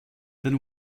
then